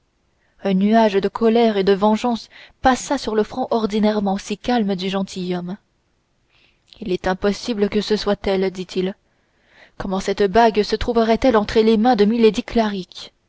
un nuage de colère et de vengeance passa sur le front ordinairement calme du gentilhomme il est impossible que ce soit la même dit-il comment cette bague se trouverait-elle entre les mains de